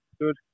good